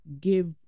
give